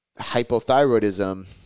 hypothyroidism